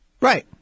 Right